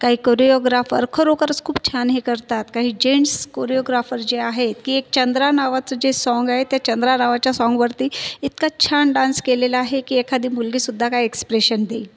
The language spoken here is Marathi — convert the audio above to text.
काही कोरिओग्राफर खरोखरच खूप छान हे करतात काही जेन्ट्स कोरिओग्राफर जे आहेत की एक चंद्रा नावाचं जे साँग आहे त्या चंद्रा नावाच्या साँगवरती इतका छान डान्स केलेला आहे की एखादी मुलगीसुद्धा काय एक्स्प्रेशन देईल